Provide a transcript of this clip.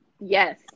yes